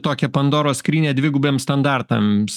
tokią pandoros skrynią dvigubiems standartams